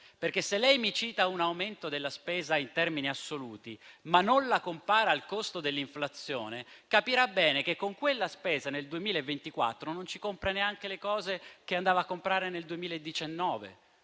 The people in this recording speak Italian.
perché se lei mi cita un aumento della spesa in termini assoluti, ma non la compara al costo dell'inflazione, capirà bene che con quella spesa nel 2024 non ci compra neanche le cose che poteva comprare nel 2019.